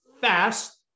fast